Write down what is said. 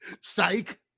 Psych